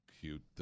cute